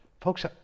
folks